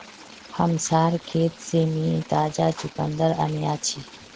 हमसार खेत से मी ताजा चुकंदर अन्याछि